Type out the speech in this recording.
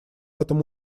этом